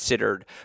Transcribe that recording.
considered